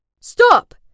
Stop